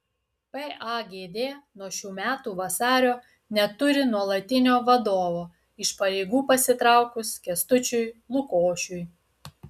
pagd nuo šių metų vasario neturi nuolatinio vadovo iš pareigų pasitraukus kęstučiui lukošiui